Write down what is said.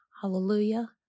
Hallelujah